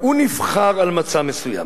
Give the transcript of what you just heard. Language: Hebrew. הוא נבחר על מצע מסוים,